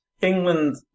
England